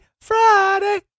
Friday